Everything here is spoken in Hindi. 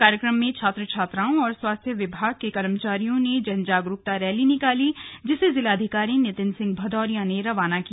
कार्यक्रम में छात्र छात्राओं और स्वास्थ्य विभाग के कर्मचारियों ने जनजागरूकता रैली निकाली जिसे जिलाधिकारी नितिन भदौरिया ने रवाना किया